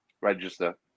Register